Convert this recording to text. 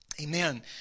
amen